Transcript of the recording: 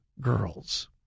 girls